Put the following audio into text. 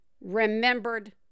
remembered